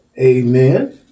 Amen